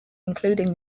including